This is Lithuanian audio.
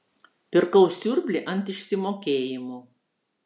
pirkau siurblį ant išsimokėjimo